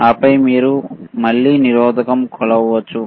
ఆపై మీరు మళ్ళీ నిరోధకం కొలవవచ్చు